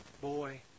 boy